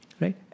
right